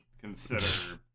consider